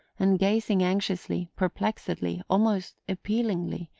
and gazing anxiously, perplexedly, almost appealingly,